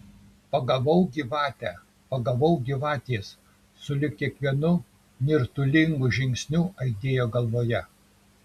pagavau gyvate pagavau gyvatės sulig kiekvienu nirtulingu žingsniu aidėjo galvoje